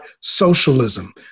socialism